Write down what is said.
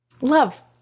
love